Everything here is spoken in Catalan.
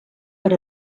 per